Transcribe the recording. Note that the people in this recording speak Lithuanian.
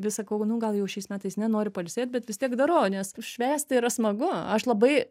vis sakau nu gal jau šiais metais ne noriu pailsėt bet vis tiek darau nes švęsti yra smagu aš labai